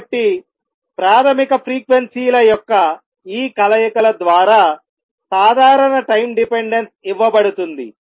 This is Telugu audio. కాబట్టి ప్రాథమిక ఫ్రీక్వెన్సీ ల యొక్క ఈ కలయికల ద్వారా సాధారణ టైం డిపెండెన్స్ ఇవ్వబడుతుంది